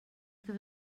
there